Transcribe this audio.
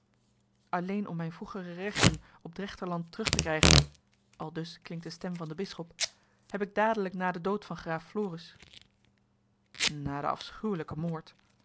alleen om mijne vroegere rechten op drechterland terug te krijgen aldus klinkt de stem van den bisschop heb ik dadelijk na den dood van graaf floris na den afschuwelijken moord